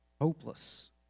Hopeless